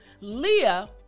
Leah